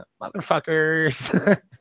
motherfuckers